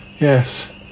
Yes